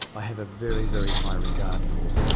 i have a very, very high regard for.